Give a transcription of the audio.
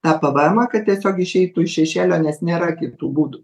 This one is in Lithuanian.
tą pvemą kad tiesiog išeitų iš šešėlio nes nėra kitų būdų